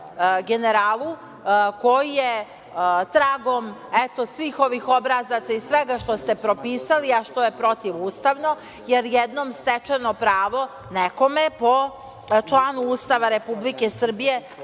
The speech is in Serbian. generalu koji je tragom svih ovih obrazaca i svega što ste propisali, a što je protivustavno, jer jednom stečeno pravo nekome, po članu Ustava Republike Srbije,